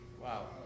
Wow